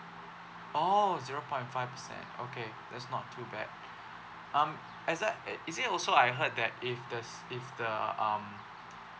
oh zero point five percent okay that's not too bad um as a is it also I heard that if there's if the um